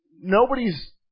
nobody's